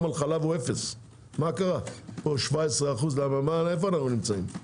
על חלב הוא 0. פה 17%. איפה אנחנו נמצאים?